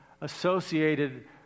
associated